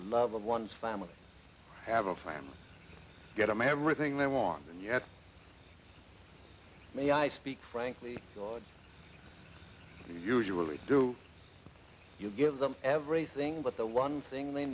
of one's family have a family give them everything they want and yet may i speak frankly usually do you give them everything but the one thing they